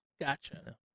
Gotcha